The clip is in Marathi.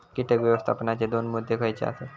कीटक व्यवस्थापनाचे दोन मुद्दे खयचे आसत?